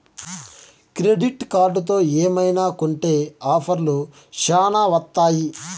credit కార్డుతో ఏమైనా కొంటె ఆఫర్లు శ్యానా వత్తాయి